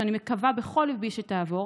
שאני מקווה בכל ליבי שתעבור,